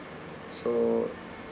so